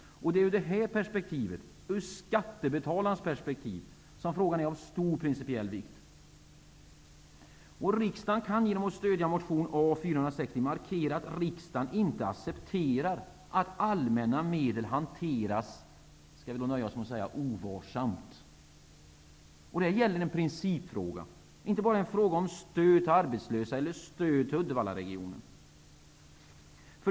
Det är ur skattebetalarnas perspektiv som frågan är av stor principiell vikt. markera att riksdagen inte accepterar att allmänna medel hanteras ovarsamt. Det gäller en principfråga. Det är inte bara en fråga om stöd till arbetslösa eller stöd till Uddevallaregionen.